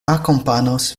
akompanos